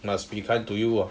must be kind to you ah